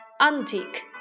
Antique